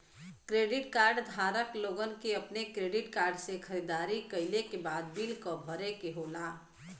credit card धारक लोगन के अपने क्रेडिट कार्ड से खरीदारी कइले के बाद बिल क भरे क होला